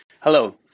Hello